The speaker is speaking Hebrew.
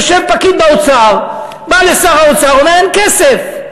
יושב פקיד באוצר, בא לשר האוצר, אומר: אין כסף.